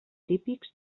típics